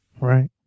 Right